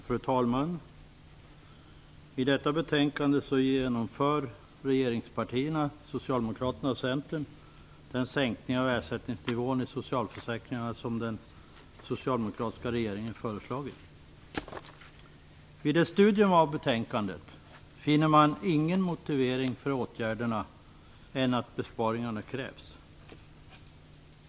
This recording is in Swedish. Fru talman! I detta betänkande tillstyrker koalitionspartierna Socialdemokraterna och Centern den sänkning av ersättningsnivån i socialförsäkringarna som den socialdemokratiska regeringen föreslagit. Vid ett studium av betänkandet finner man ingen annan motivering för åtgärderna än att besparingarna krävs.